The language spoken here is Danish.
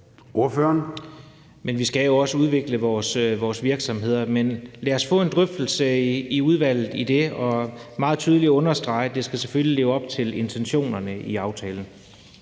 Kronborg (S): Men vi skal jo også udvikle vores virksomheder. Men lad os få en drøftelse i udvalget om det og meget tydeligt understrege, at det selvfølgelig skal leve op til intentionerne i aftalen.